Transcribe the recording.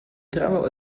travel